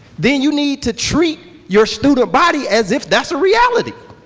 then you need to treat your student body as if that's a reality.